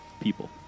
People